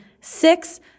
six